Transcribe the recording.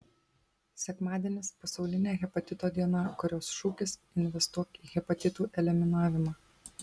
sekmadienis pasaulinė hepatito diena kurios šūkis investuok į hepatitų eliminavimą